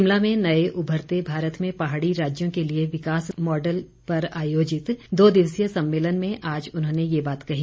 शिमला में नए उभरते भारत में पहाड़ी राज्यों के लिए विकास मॉडल पर आयोजित दो दिवसीय सम्मेलन में आज उन्होंने ये बात कही